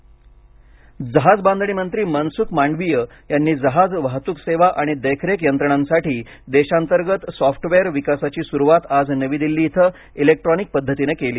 जहाज बांधणी जहाज बांधणी मंत्री मनसुख मांडवीय यांनी जहाज वाहतूक सेवा आणि देखरेख यंत्रणांसाठी देशांतर्गत सॉफ्टवेअर विकासाची सुरुवात आज नवी दिल्ली इथं ईलेक्ट्रॉनिक पद्धतीने केली